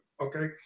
Okay